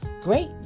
great